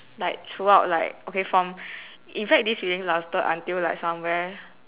like throughout like okay from in fact this feeling lasted until like somewhere